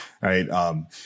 right